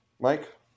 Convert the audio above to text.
Mike